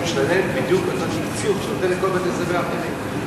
הוא משלם בדיוק אותו תקצוב שהוא נותן לכל בתי-הספר האחרים.